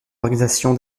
organisation